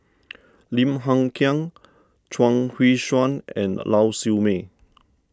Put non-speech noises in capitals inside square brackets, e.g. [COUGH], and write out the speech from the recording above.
[NOISE] Lim Hng Kiang Chuang Hui Tsuan and Lau Siew Mei